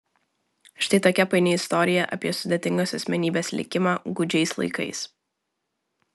štai tokia paini istorija apie sudėtingos asmenybės likimą gūdžiais laikais